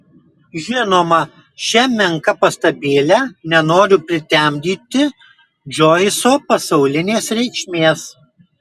žinoma šia menka pastabėle nenoriu pritemdyti džoiso pasaulinės reikšmės